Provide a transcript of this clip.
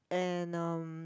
and um